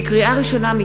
לקריאה ראשונה,